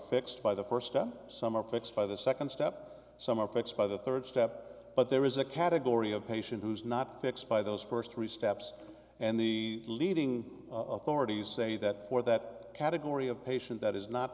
fixed by the first step some are fixed by the second step some are fixed by the third step but there is a category of patient who is not fixed by those first three steps and the leading authorities say that or that category of patient that is not